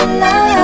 love